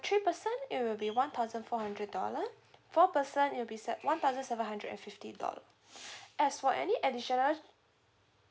three person it will be one thousand four hundred dollar four person it will be sev~ one thousand seven hundred and fifty dollar as for any additional